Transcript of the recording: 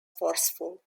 forceful